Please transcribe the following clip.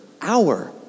hour